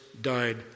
died